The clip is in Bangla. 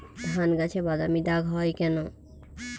ধানগাছে বাদামী দাগ হয় কেন?